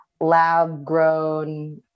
lab-grown